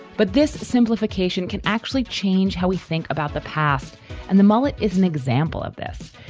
but this simplification can actually change how we think about the past and the mollet is an example of this.